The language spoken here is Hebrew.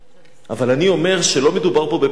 אבל אני אומר שלא מדובר פה בפליטים.